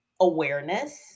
awareness